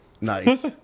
nice